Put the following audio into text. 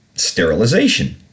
sterilization